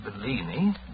Bellini